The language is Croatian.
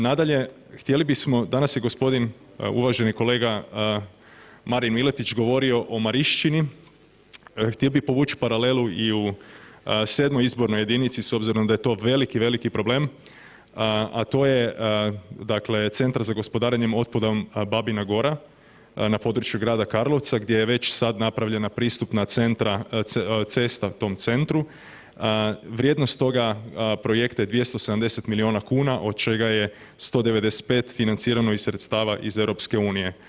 Nadalje, htjeli bismo, danas je gospodin uvaženi gospodin Marin Miletić govorio o Marišćini, htio bih povući paralelu i u 7. izbornoj jedinici s obzirom da je to veliki, veliki problem, a to dakle Centar za gospodarenje otpadom Babina Gora na području grada Karlovca gdje je već sada napravljena pristupna cesta tom centru, vrijednost toga projekta je 270 miliona kuna od čega je 195 financirano iz sredstava iz EU.